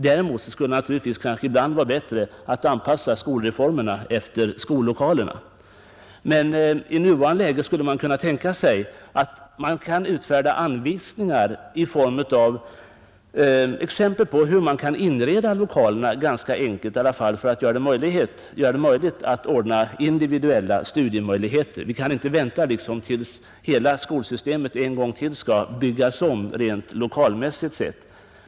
Däremot skulle det ibland vara bättre att anpassa skolreformerna efter skollokalerna. Men i nuvarande läge borde man kunna utfärda anvisningar om hur lokalerna ganska enkelt kan inredas för att ge möjlighet till individuella studier. Vi kan inte vänta till dess hela skolsystemet en gång till skall byggas om rent lokalmässigt sett.